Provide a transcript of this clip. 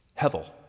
Hevel